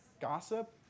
Gossip